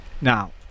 now